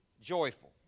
joyful